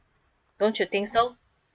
don't you think so